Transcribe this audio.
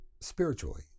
spiritually